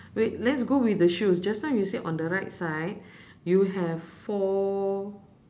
wait let's go with the shoes just now you say on the right side you have four